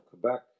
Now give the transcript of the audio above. Quebec